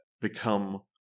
become